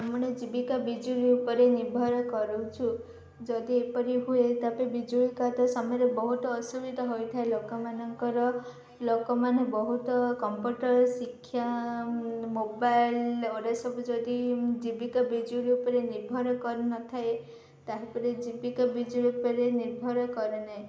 ଆମେ ଜୀବିକା ବିଜୁଳି ଉପରେ ନିର୍ଭର କରୁଛୁ ଯଦି ଏପରି ହୁଏ ତାବେ ବିଜୁଳି କାଟ୍ ସମୟରେ ବହୁତ ଅସୁବିଧା ହୋଇଥାଏ ଲୋକମାନଙ୍କର ଲୋକମାନେ ବହୁତ କମ୍ପ୍ୟୁଟର୍ ଶିକ୍ଷା ମୋବାଇଲ୍ ସବୁ ଯଦି ଜୀବିକା ବିଜୁଳି ଉପରେ ନିର୍ଭର କରି ନଥାଏ ତା'ପରେ ଜୀବିକା ବିଜୁଳି ଉପରେ ନିର୍ଭର କରେ ନାହିଁ